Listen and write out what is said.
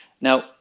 Now